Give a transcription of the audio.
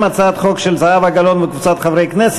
ההצעה להעביר את הצעת חוק חלוקת זכויות פנסיה בין בני-זוג,